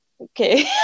okay